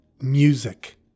music